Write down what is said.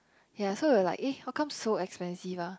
ya so we were like aye how come so expensive ah